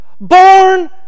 born